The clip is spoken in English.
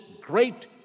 great